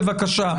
בבקשה.